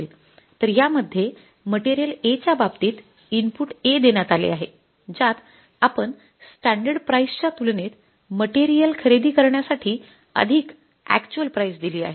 तर या मध्ये मटेरियल A च्या बाबतीत इनपुट A देण्यात आले आहे ज्यात आपण स्टॅंडर्ड प्राईस च्या तुलनेत मटेरियल खरेदी करण्यासाठी अधिक अॅक्च्युअल प्राईस दिली आहे